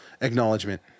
Acknowledgement